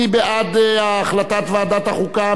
מי בעד החלטת ועדת החוקה?